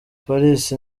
paris